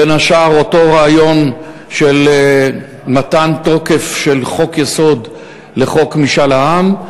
בין השאר אותו רעיון של מתן תוקף של חוק-יסוד לחוק משאל העם,